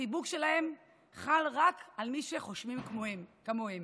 החיבוק שלהם חל רק על מי שחושבים כמוהם.